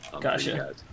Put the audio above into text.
Gotcha